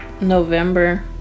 November